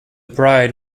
bride